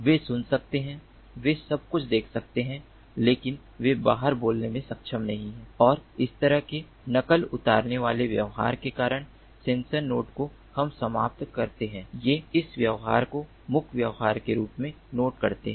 वे सुन सकते हैं वे सब कुछ देख सकते हैं लेकिन वे बाहर बोलने में सक्षम नहीं हैं और इस तरह के नकल उतारने वाले व्यवहार के कारण सेंसर नोड को हम समाप्त करते हैं ये इस व्यवहार को मुक् व्यवहार के रूप में नोड करते हैं